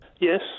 Yes